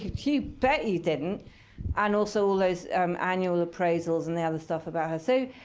you bet you didn't and also, all those um annual appraisals and the other stuff about her. so